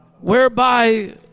whereby